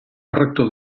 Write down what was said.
rector